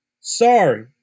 Sorry